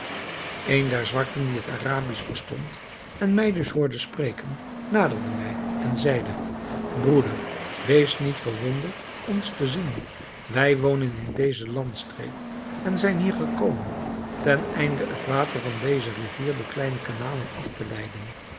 een der zwarten die het arabisch verstond en mij dus hoorde spreken naderde mij en zeide broeder wees niet verwonderd ons te zien wij wonen in deze landstreek en zijn hier gekomen ten einde het water van deze rivier door kleine kanalen af te leiden